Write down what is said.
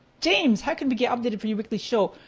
james, how can we get updated for your weekly show?